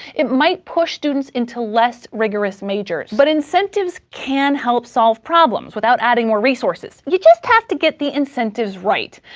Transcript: it might push students into less-rigorous majors. but incentives can help solve problems without adding more resources. you just have to get the incentives right.